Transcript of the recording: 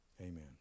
Amen